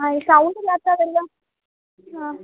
ആ ഈ സൗണ്ടില്ലാത്ത വല്ലതും ആ